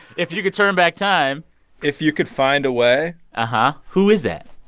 if you could turn back time if you could find a way ah who ah who is that?